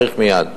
צריך מייד.